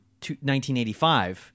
1985